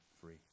free